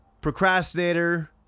procrastinator